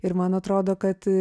ir man atrodo kad